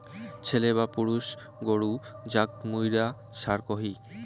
ছেলে বা পুরুষ গরু যাক মুইরা ষাঁড় কহি